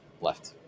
left